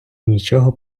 нічого